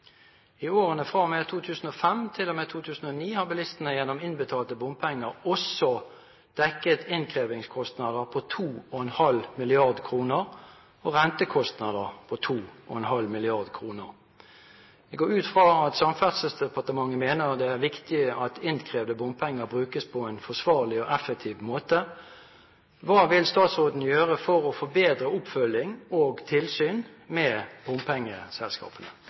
I årene f.o.m. 2005 t.o.m. 2009 har bilistene gjennom innbetalte bompenger også dekket innkrevingskostnader på 2,5 mrd. kr og rentekostnader på 2,5 mrd. kr. Jeg går ut fra at også SD mener det er viktig at innkrevde bompenger brukes på en forsvarlig og effektiv måte. Hva vil statsråden gjøre for å forbedre oppfølgning og tilsyn med bompengeselskapene?»